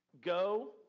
go